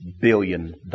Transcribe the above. billion